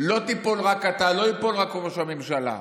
לא תיפול רק אתה, לא ייפול רק ראש הממשלה,